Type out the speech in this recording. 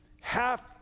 half